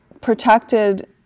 protected